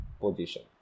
position